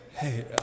Hey